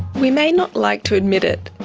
we may not like to admit it,